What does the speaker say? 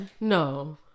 no